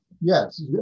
yes